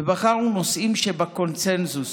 ובחרנו נושאים שבקונסנזוס,